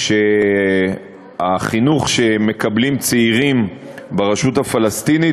כשהחינוך שמקבלים צעירים ברשות הפלסטינית